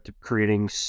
creating